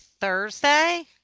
Thursday